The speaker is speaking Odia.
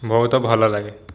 ବହୁତ ଭଲଲାଗେ